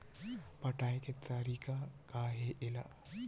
पटाय के तरीका का हे एला?